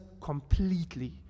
completely